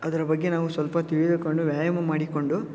ಅದ್ರ ಬಗ್ಗೆ ನಾವು ಸ್ವಲ್ಪ ತಿಳಿದುಕೊಂಡು ವ್ಯಾಯಾಮ ಮಾಡಿಕೊಂಡು